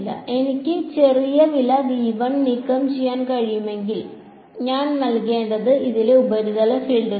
എനിക്ക് ചെറിയ വില നീക്കം ചെയ്യാൻ കഴിയുമെങ്കിൽ ഞാൻ നൽകേണ്ടത് ഇതിലെ ഉപരിതല ഫീൽഡുകളാണ്